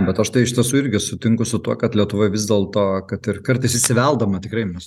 bet aš tai iš tiesų irgi sutinku su tuo kad lietuva vis dėlto kad ir kartais įsiveldama tikrai mes